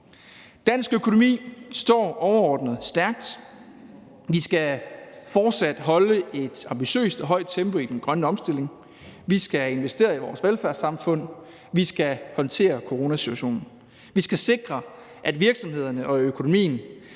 Dansk økonomi står overordnet stærkt. Vi skal fortsat holde et ambitiøst og højt tempo i den grønne omstilling. Vi skal investere i vores velfærdssamfund. Vi skal håndtere coronasituationen. Vi skal sikre, at virksomhederne og økonomien